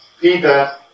Peter